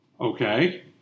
Okay